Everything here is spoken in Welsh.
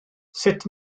sut